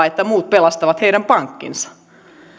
että muut pelastavat heidän pankkinsa